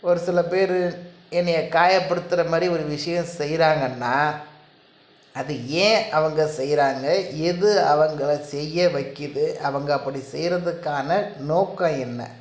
ஒரு சில பேரு என்னையை காயப்படுத்துகிற மரி ஒரு விஷயம் செய்கிறாங்கன்னா அது ஏன் அவங்க செய்கிறாங்க எது அவங்களை செய்ய வைக்கிது அவங்க அப்படி செய்கிறதுக்கான நோக்கம் என்ன